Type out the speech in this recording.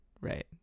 right